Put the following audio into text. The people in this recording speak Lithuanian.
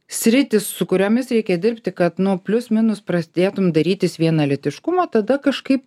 sritys su kuriomis reikia dirbti kad nu plius minus prasidėtum darytis vienalytiškumo tada kažkaip